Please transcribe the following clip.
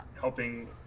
helping